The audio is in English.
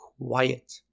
quiet